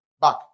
Back